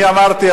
אני אמרתי,